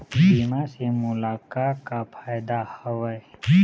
बीमा से मोला का का फायदा हवए?